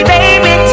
Baby